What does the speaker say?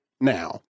now